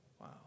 Wow